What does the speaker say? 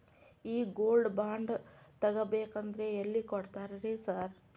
ಈ gold bond ತಗಾಬೇಕಂದ್ರ ಎಲ್ಲಿ ಕೊಡ್ತಾರ ರೇ ಸಾರ್?